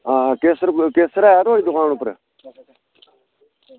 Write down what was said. आं केसर ऐ थुआढ़ी दुकान उप्पर